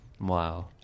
Wow